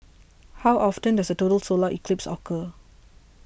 how often does a total solar eclipse occur